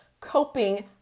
coping